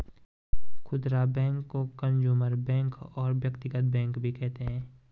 खुदरा बैंक को consumer bank और व्यक्तिगत बैंक भी कहते हैं